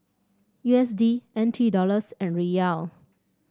U S D N T Dollars and Riyal